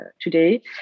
today